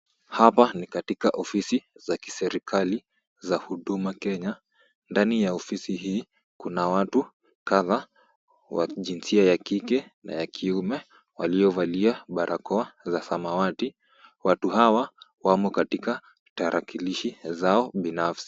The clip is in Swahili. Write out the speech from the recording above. Hapa ni katika ofisi za kiserikali, za Huduma Kenya. Ndani ya ofisi hii, kuna watu, kadhaa, wa jinsia ya kike na ya kiume, waliovalia barakoa za samawati. Watu hawa wamo katika tarakilishi zao binafsi.